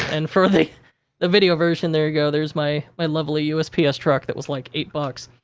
and, for the the video version, there you go. there's my my lovely usps truck that was, like, eight bucks.